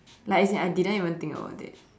like as in I didn't even think about it